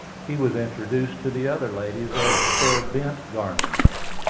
he was introduced to the other ladies as sir bent garningham.